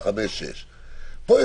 --- לא,